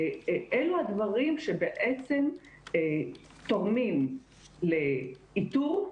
אלו הדברים שבעצם תורמים לאיתור,